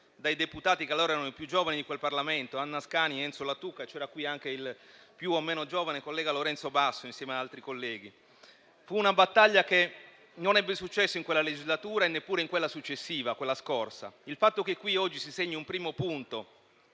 dai deputati che allora erano i più giovani di quel Parlamento, Anna Ascani, Enzo Lattuca, c'era qui anche il più o meno giovane collega Lorenzo Basso insieme ad altri colleghi. Fu una battaglia che non ebbe successo in quella legislatura e neppure in quella successiva (la scorsa). Il fatto che oggi si segni un primo punto,